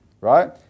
Right